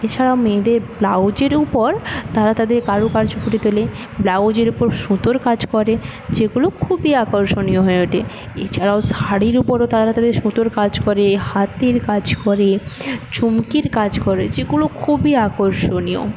এছাড়াও মেয়েদের ব্লাউজের উপর তারা তাদের কারুকার্য ফুটিয়ে তোলে ব্লাউজের ওপর সুতোর কাজ করে যেগুলো খুবই আকর্ষণীয় হয়ে ওঠে এছাড়াও শাড়ির ওপরও তারা তাদের সুতোর কাজ করে হাতির কাজ করে চুমকির কাজ করে যেগুলো খুবই আকর্ষণীয়